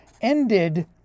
ended